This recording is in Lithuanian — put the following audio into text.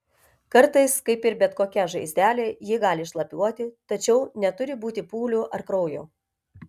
kartais kaip ir bet kokia žaizdelė ji gali šlapiuoti tačiau neturi būti pūlių ar kraujo